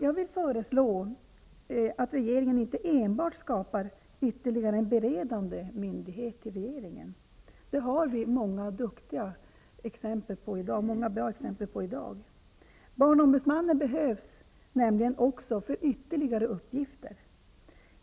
Jag vill föreslå att regeringen inte enbart skapar ytterligare en beredande myndighet. Det har vi många bra exempel på i dag. Barnombudsmannen behövs nämligen för ytterligare uppgifter.